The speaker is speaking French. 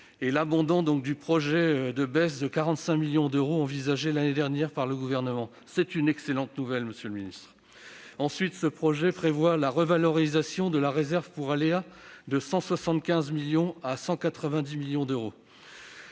et l'abandon du projet de baisse de 45 millions d'euros envisagé l'année dernière par le Gouvernement. C'est une excellente nouvelle, monsieur le ministre. Certes, la revalorisation de la réserve pour aléas, de 175 millions à 190 millions d'euros,